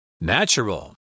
Natural